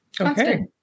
Okay